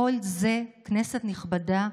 כל זה, כנסת נכבדה,